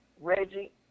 Reggie